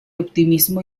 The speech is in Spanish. optimismo